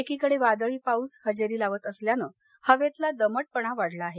एकीकडे वादळी पाऊस हजेरी लावत असल्यानं हवेतला दमटपणा वाढला आहे